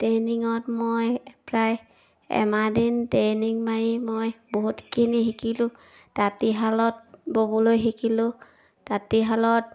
ট্ৰেইনিঙত মই প্ৰায় এমাহ দিন ট্ৰেইনিং মাৰি মই বহুতখিনি শিকিলোঁ তাঁতীশালত ব'বলৈ শিকিলোঁ তাঁতীশালত